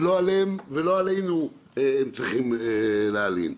ולא עליהם ולא עלינו הם צריכים להלין.